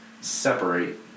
separate